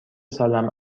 سالم